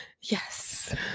yes